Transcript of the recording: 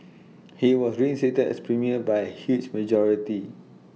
he was reinstated as premier by A huge majority